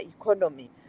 economy